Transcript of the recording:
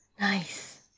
Nice